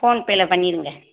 ஃபோன்பேயில் பண்ணிடுங்க